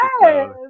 Yes